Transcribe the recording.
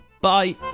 Bye